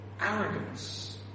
arrogance